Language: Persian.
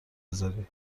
بذاری